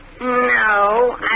No